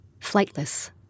flightless